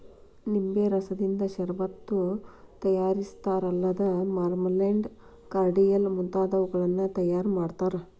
ನಿಂಬೆ ರಸದಿಂದ ಷರಬತ್ತು ತಯಾರಿಸ್ತಾರಲ್ಲದ ಮಾರ್ಮಲೆಂಡ್, ಕಾರ್ಡಿಯಲ್ ಮುಂತಾದವನ್ನೂ ತಯಾರ್ ಮಾಡ್ತಾರ